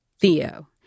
Theo